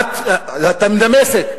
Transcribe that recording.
בדמשק.